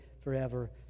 forever